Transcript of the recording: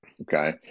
Okay